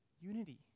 unity